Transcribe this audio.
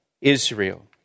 Israel